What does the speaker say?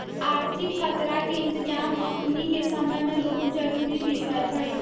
आर्थिक खतरा के इतजाम अखनीके समय में बहुते जरूरी विषय हइ